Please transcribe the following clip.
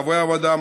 חברי הוועדה,